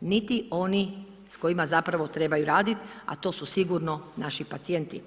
niti oni s kojima zapravo trebaju raditi a to su sigurno naši pacijenti.